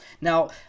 Now